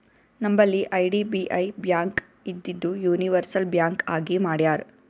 ನಂಬಲ್ಲಿ IDBI bank ಇದ್ದಿದು universal bank ಆಗಿ ಮಾಡ್ಯಾರ್